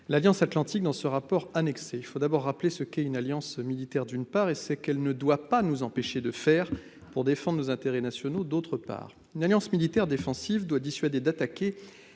l'Alliance atlantique dans le rapport annexé. Il faut d'abord rappeler ce qu'est une alliance militaire, d'une part, et ce qu'elle ne doit pas nous empêcher de faire pour défendre nos intérêts nationaux, d'autre part. Une alliance militaire défensive doit dissuader d'attaquer